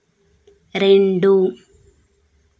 రెండు